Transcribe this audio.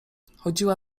chodziła